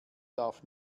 darf